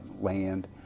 land